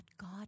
God